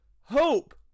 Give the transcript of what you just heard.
hope